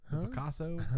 Picasso